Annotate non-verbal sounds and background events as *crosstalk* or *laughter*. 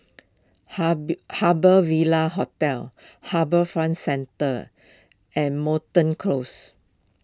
*unintelligible* Harbour Ville Hotel HarbourFront Centre and Moreton Close